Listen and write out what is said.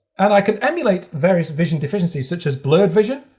and i can emulate various vision deficiencies, such as blurred vision.